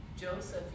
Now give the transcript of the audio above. Joseph